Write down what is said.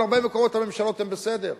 אבל בהרבה מקומות הממשלות הן בסדר.